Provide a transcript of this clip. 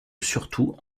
surtout